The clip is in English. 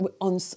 on